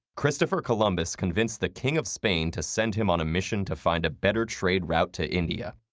christopher columbus convinced the king of spain to send him on a mission to find a better trade route to india,